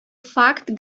факт